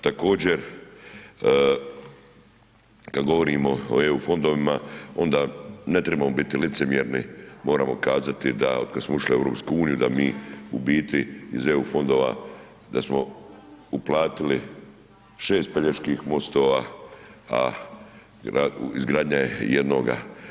Također, kad govorimo o EU fondovima, onda ne trebamo biti licemjerni, moramo kazati da kad smo ušli u EU da mi u biti iz EU fondova, da smo uplatili 6 Peljeških mostova, a izgradnja je jednoga.